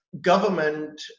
government